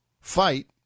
fight